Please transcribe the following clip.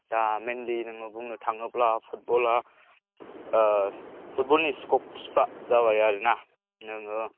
दा मेनलि नोङो बुंनो थाङोब्ला फुटबला पुटबलनि स्क'बसफ्रा जाबाय आरो ना नोङो